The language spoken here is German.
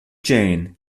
jane